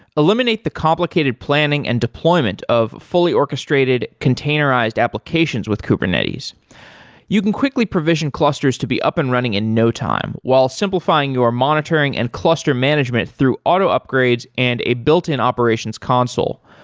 eliminate the complicated planning and deployment of fully orchestrated containerized applications with kubernetes you can quickly provision clusters to be up and running in no time, while simplifying your monitoring and cluster management through auto upgrades and a built-in operations console.